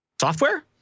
software